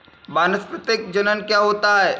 वानस्पतिक जनन क्या होता है?